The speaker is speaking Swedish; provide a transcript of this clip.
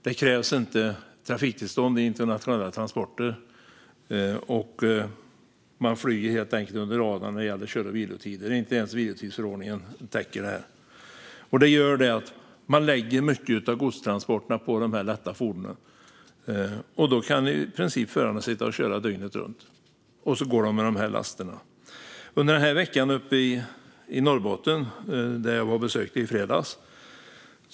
Det krävs inte trafiktillstånd i internationella transporter. Man flyger helt enkelt under radarn när det gäller kör och vilotider. Inte ens vilotidsförordningen täcker detta. Man lägger alltså mycket av godstransporterna på de lätta fordonen, och då kan förarna i princip sitta och köra dygnet runt. De kör då med dessa laster. Jag besökte Norrbotten i fredags.